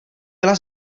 byla